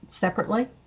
separately